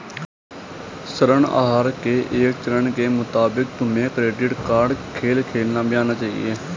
ऋण आहार के एक चरण के मुताबिक तुम्हें क्रेडिट कार्ड खेल खेलना भी आना चाहिए